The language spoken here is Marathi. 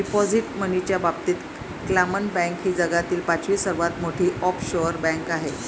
डिपॉझिट मनीच्या बाबतीत क्लामन बँक ही जगातील पाचवी सर्वात मोठी ऑफशोअर बँक आहे